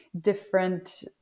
different